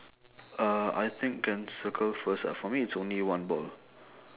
uh I think can circle first ah for me it's only one ball